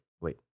Wait